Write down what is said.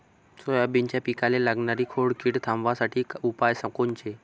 सोयाबीनच्या पिकाले लागनारी खोड किड थांबवासाठी उपाय कोनचे?